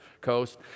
coast